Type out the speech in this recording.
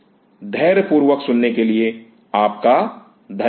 धैर्य पूर्वक सुनने के लिए आपका धन्यवाद